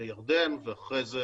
לירדן ואחר כך